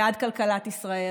בעד כלכלת ישראל,